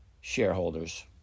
shareholders